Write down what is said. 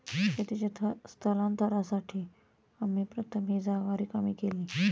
शेतीच्या स्थलांतरासाठी आम्ही प्रथम ही जागा रिकामी केली